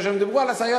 כאשר הם דיברו על הסייעת,